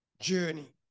journey